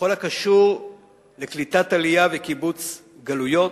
בכל הקשור לקליטת עלייה וקיבוץ גלויות,